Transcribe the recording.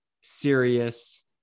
serious